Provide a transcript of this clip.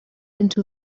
into